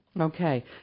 Okay